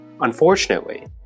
unfortunately